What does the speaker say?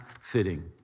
fitting